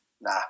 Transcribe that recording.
nah